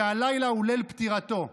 שהלילה הוא ליל פטירתו.